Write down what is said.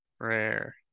rare